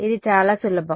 ఇది చాలా సులభం